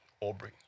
Aubrey